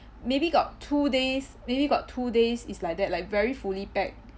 maybe got two days maybe got two days is like that like very fully packed